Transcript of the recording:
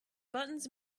buttons